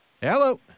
Hello